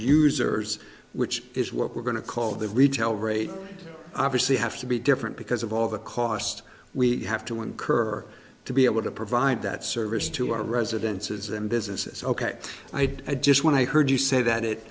users which is what we're going to call the retail rate obviously have to be different because of all the cost we have to incur to be able to provide that service to our residences and businesses ok i did i just when i heard you say that it